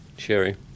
Sherry